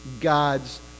God's